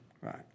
Right